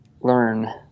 learn